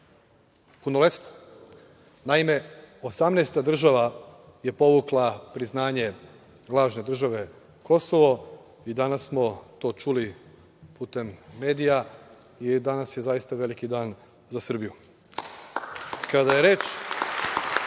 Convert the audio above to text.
punoletstvo. Naime, osamnaesta država je povukla priznanje lažne države Kosovo i danas smo to čuli putem medija i danas je zaista veliki dan za Srbiju. Kada je reč